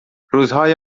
روزهای